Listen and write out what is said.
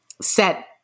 set